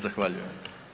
Zahvaljujem.